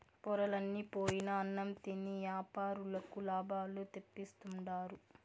పొరలన్ని పోయిన అన్నం తిని యాపారులకు లాభాలు తెప్పిస్తుండారు